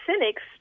cynics